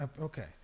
okay